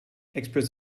experts